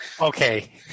okay